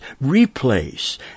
replace